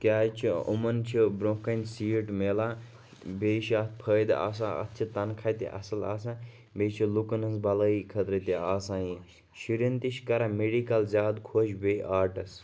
کیازِ چھُ یِمَن چھُ برونٛہہ کٔنۍ سیٖٹ مِلان بیٚیہِ چھُ اَتھ فٲیدٕ آسان اَتھ چھُ تَنخاہ تہِ اَصٕل آسان بیٚیہِ چھُ لُوکن ہٕنز بَلٲیی خٲطرٕ تہِ آسان یہِ شُرین تہِ چھُ کران میڈِکل زیادٕ خۄش بیٚیہِ آرٹٕس